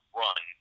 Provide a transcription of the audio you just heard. run